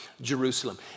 Jerusalem